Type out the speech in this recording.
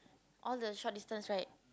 all the short distance right